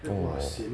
!wah!